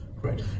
Great